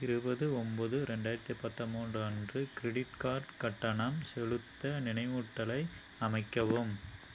இருபது ஒம்பது ரெண்டாயிரத்து பதிமூன்று அன்று கிரிடிட் கார்ட் கட்டணம் செலுத்த நினைவூட்டலை அமைக்கவும்